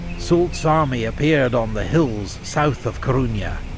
soult's army appeared on the hills south of coruna,